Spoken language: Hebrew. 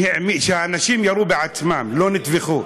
אנשים ירו בעצמם, לא נטבחו.